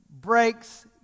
breaks